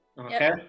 Okay